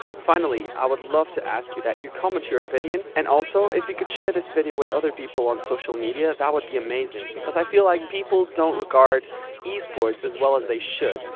finally, i would love to ask you that you comment your opinion and also if you could share this video with other people on social media that would be amazing, because i feel like people don't regard esports as well as they should,